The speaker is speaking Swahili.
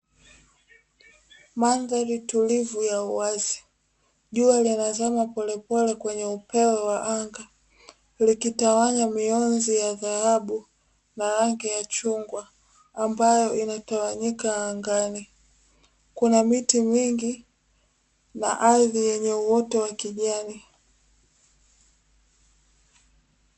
Mandhari tulivu ya uwazi, jua linazama polepole kwenye upeo wa anga likitawanya mionzi ya dhahabu na rangi ya chungwa ambayo inatawanyika angani, kuna miti mingi na ardhi yenye uoto wa kijani.